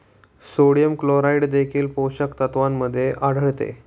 sodium chloride देखील पोषक तत्वांमध्ये आढळते